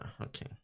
okay